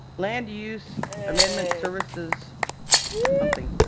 land use amendment services something.